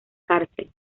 cárcel